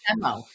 demo